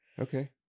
okay